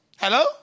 Hello